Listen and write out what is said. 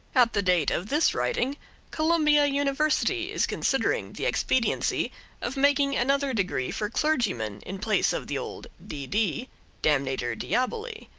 at the date of this writing columbia university is considering the expediency of making another degree for clergymen, in place of the old d d damnator diaboli.